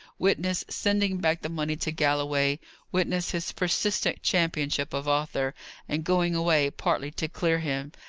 witness sending back the money to galloway witness his persistent championship of arthur and going away partly to clear him,